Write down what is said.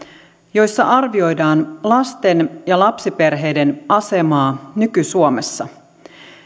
joissa arvioidaan lasten ja lapsiperheiden asemaa nyky suomessa